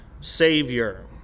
Savior